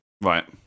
Right